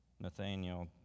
Nathaniel